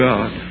God